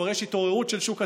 כבר יש התעוררות של שוק התקשורת.